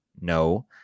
no